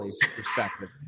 perspective